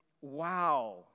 wow